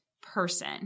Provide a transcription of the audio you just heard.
person